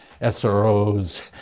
SROs